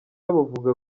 buvuga